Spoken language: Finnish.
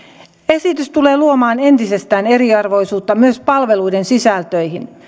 esitys tulee luomaan entisestään eriarvoisuutta myös palveluiden sisältöihin